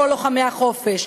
כל לוחמי החופש.